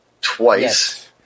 twice